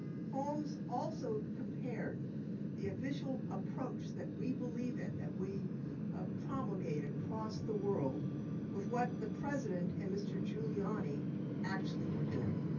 holmes also compared the official approach that we believe in, that we ah promulgate across the world with what the president and mr. giuliani actually were doing.